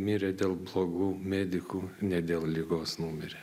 mirė dėl blogų medikų ne dėl ligos numirė